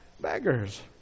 beggars